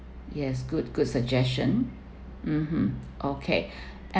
yes good good suggestion mmhmm okay